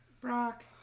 Brock